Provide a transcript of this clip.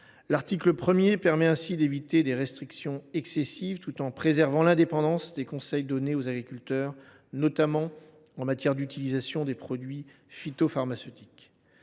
L’article 1 permet ainsi d’éviter des restrictions excessives, tout en préservant l’indépendance des conseils donnés aux agriculteurs, notamment en matière d’utilisation des produits phytopharmaceutiques.